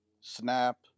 Snap